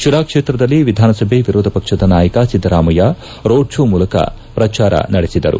ಶಿರಾ ಕ್ಷೇತ್ರದಲ್ಲಿ ವಿಧಾನಸಭೆ ವಿರೋಧ ಪಕ್ಷದ ನಾಯಕ ಸಿದ್ದರಾಮಯ್ನ ರೋಡ್ ಕೋ ಮೂಲಕ ಪ್ರಚಾರ ನಡೆಸಿದರು